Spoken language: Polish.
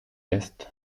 jest